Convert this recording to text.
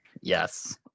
Yes